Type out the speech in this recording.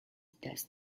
thus